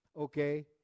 okay